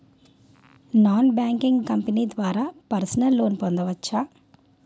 Non banking company ద్వారా personal loan పొందవచ్చా?